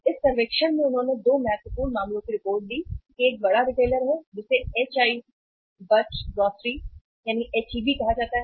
इस सर्वेक्षण में उन्होंने 2 महत्वपूर्ण मामलों की रिपोर्ट दी है कि एक बड़ा रिटेलर है जिसे एचआई बट ग्रोसरी एचईबी कहा जाता है